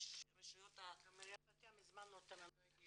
יש את רשויות ה --- הזמנו גם את עירית בת ים והם לא הגיעו.